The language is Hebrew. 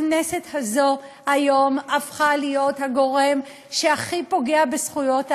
הכנסת הזאת היום הפכה להיות הגורם שהכי פוגע בזכויות האדם.